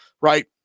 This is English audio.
right